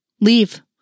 Leave